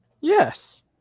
Yes